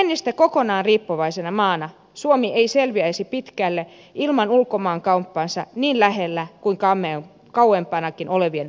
viennistä kokonaan riippuvaisena maana suomi ei selviäisi pitkälle ilman ulkomaankauppaansa niin lähellä kuin kauempanakin olevien maiden kanssa